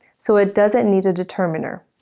so, it doesn't need a determiner.